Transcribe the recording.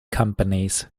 companies